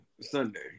Sunday